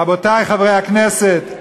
רבותי חברי הכנסת,